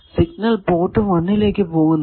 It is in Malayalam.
സിഗ്നൽ പോർട്ട് 1 ലേക്ക് പോകുന്നില്ല